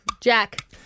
Jack